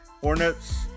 Hornets